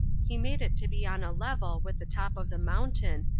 he made it to be on a level with the top of the mountain,